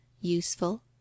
useful